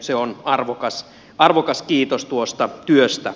se on arvokas kiitos tuosta työstä